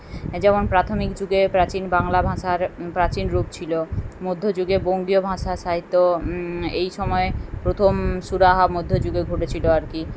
যেমন প্রাথমিক যুগে প্রাচীন বাংলা ভাষার প্রাচীন রূপ ছিলো মধ্য যুগে বঙ্গীয় ভাষা সাহিত্য এই সময়ে প্রথম সুরাহা মধ্য যুগে ঘটেছিলো আর কি